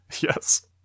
Yes